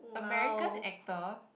American actor